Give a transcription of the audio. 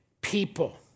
people